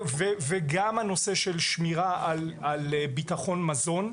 וגם הנושא של שמירה על ביטחון מזון,